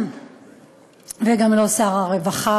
וגם לא שר הרווחה.